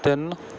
ਤਿੰਨ